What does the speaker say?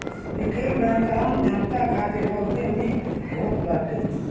retail bank आम जनता खातिर बहुते निक होत बाटे